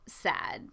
sad